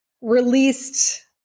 released